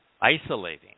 isolating